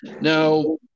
Now